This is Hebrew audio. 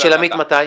ושל עמית מתי?